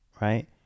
right